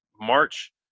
March